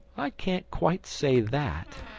i can't quite say that.